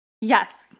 yes